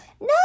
No